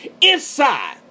inside